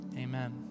amen